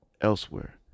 elsewhere